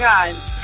God